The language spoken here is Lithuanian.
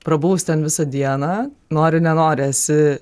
prabuvus ten visą dieną nori nenori esi